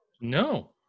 no